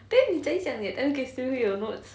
then 你在想你的 time capsules still 会有 notes